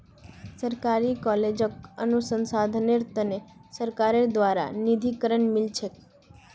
सरकारी कॉलेजक अनुसंधानेर त न सरकारेर द्बारे निधीकरण मिल छेक